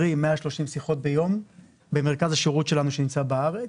130 שיחות ביום במרכז השירות שלנו שנמצא בארץ,